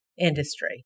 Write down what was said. industry